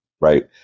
right